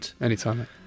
anytime